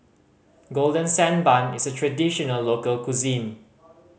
Golden Sand Bun is a traditional local cuisine